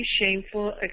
shameful